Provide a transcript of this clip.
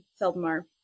Feldmar